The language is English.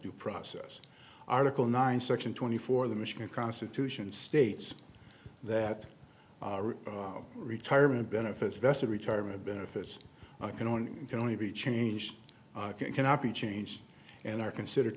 due process article nine section twenty four the michigan constitution states that the retirement benefits vested retirement benefits i can own can only be changed cannot be changed and are considered